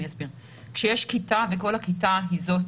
כשיש כיתה וכל הכיתה היא זו